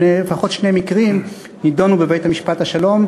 לפחות שני מקרים נדונו בבית-המשפט השלום,